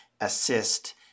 assist